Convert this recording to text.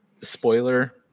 spoiler